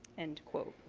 end quote.